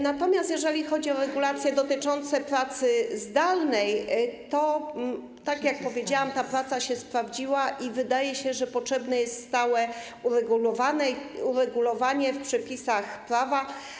Natomiast jeżeli chodzi o regulacje dotyczące pracy zdalnej, to tak jak powiedziałam, ta praca się sprawdziła i wydaje się, że potrzebne jest stałe uregulowanie jej w przepisach prawa.